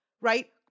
right